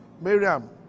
Miriam